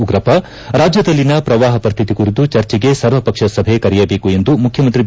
ಉಗ್ರಪ್ಪ ರಾಜ್ಯದಲ್ಲಿನ ಪ್ರವಾಪ ಪರಿಸ್ತಿತಿ ಕುರಿತು ಚರ್ಚೆಗೆ ಸರ್ವ ಪಕ್ಷ ಸಭೆ ಕರೆಯಬೇಕು ಎಂದು ಮುಖ್ಯಮಂತ್ರಿ ಬಿ